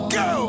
go